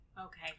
Okay